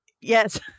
Yes